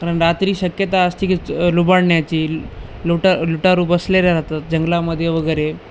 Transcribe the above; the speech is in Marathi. कारण रात्री शक्यता असते की च लुबाडण्याची लुटा लुटारू बसलेले राहतात जंगलामध्ये वगैरे